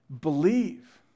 believe